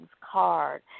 card